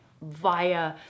via